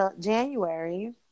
January